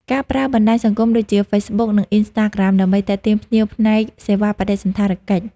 ការប្រើបណ្តាញសង្គមដូចជា ហ្វេសបុក និង អុីនស្តាក្រាម ដើម្បីទាក់ទាញភ្ញៀវផ្នែកសេវាបដិសណ្ឋារកិច្ច។